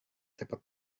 sepak